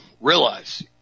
realize